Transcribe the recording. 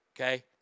Okay